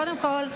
קודם כול,